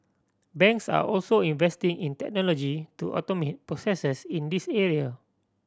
banks are also investing in technology to automate processes in this area